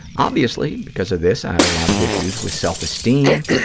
obviously because of this i have a lot of issues with self-esteem,